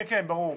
כן, ברור.